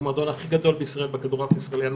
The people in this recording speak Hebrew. אנחנו המועדון הכי גדול בישראל בכדורעף הישראלי.